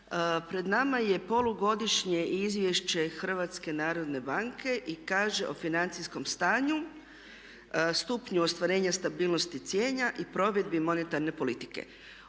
Pred nama je polugodišnje izvješće Hrvatske narodne banke i kaže o financijskom stanju, stupnju ostvarenja stabilnosti cijena i provedbi monetarne politike.